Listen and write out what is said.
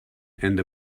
and